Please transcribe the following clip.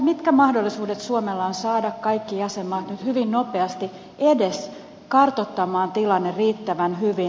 mitkä mahdollisuudet suomella on saada kaikki jäsenmaat nyt hyvin nopeasti edes kartoittamaan tilanne riittävän hyvin